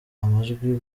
amajwi